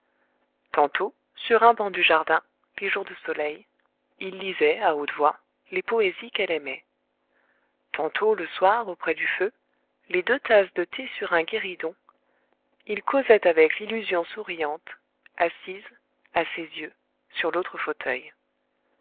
tantôt sur un banc du jardin les jours de soleil il lisait à haute voix les poésies qu'elle aimait tantôt le soir auprès du feu les deux tasses de thé sur un guéridon il causait avec l'illusion souriante assise à ses yeux sur l'autre fauteuil